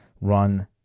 run